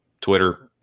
Twitter